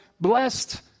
blessed